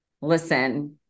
listen